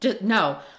no